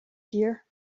here